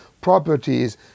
properties